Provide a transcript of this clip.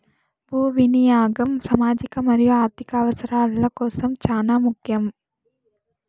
భూ వినియాగం సామాజిక మరియు ఆర్ధిక అవసరాల కోసం చానా ముఖ్యం